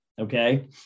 Okay